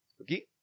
Okay